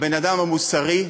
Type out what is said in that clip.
בן-אדם מוסרי,